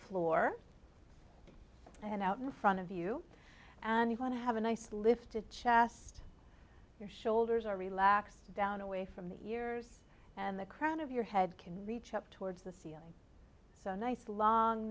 floor and out in front of you and you want to have a nice lifted chest your shoulders are relaxed down away from the ears and the crown of your head can reach up towards the ceiling so nice long